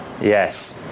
Yes